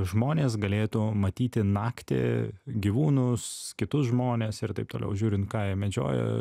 žmonės galėtų matyti naktį gyvūnus kitus žmones ir taip toliau žiūrint ką jie medžioja